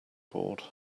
board